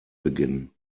beginnen